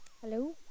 hello